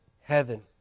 heaven